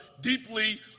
deeply